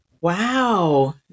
Wow